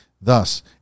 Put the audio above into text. Thus